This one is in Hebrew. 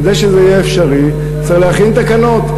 כדי שזה יהיה אפשרי צריך להכין תקנות.